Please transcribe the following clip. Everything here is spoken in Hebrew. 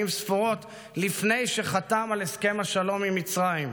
ספורות לפני שחתם על הסכם השלום עם מצרים: